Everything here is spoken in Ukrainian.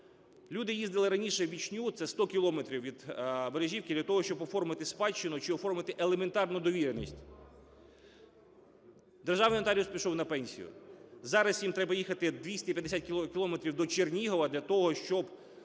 люди їздили раніше в Ічню – це 100 кілометрів від Бережівки для того, щоб оформити спадщину чи оформити елементарну довіреність. Державний нотаріус пішов на пенсію, зараз їм треба їхати 250 кілометрів до Черніговадля того, щоби